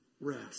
rest